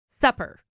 Supper